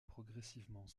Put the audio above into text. progressivement